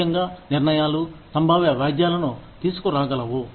ముఖ్యంగా నిర్ణయాలు సంభావ్య వ్యాజ్యాలను తీసుకురాగలవు